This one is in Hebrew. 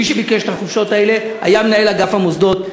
מי שביקש את החופשות האלה היה מנהל אגף המוסדות.